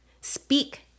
speak